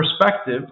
perspective